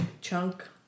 chunk